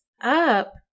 up